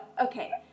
okay